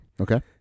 Okay